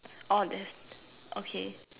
orh that's okay